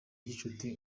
gicuti